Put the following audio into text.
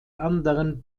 anderen